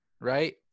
right